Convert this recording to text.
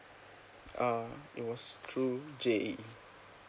uh it was through J_A_E